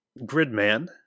Gridman